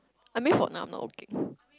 I mean for now I'm not looking